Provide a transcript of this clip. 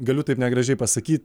galiu taip negražiai pasakyt